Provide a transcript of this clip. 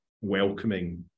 welcoming